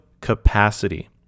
capacity